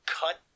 cut